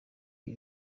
iri